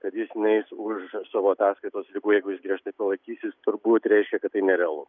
kad jis neis už savo ataskaitos ribų jeigu jis griežtai to laikysis turbūt reiškia kad tai nerealu